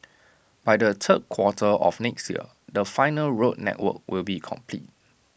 by the third quarter of next year the final road network will be complete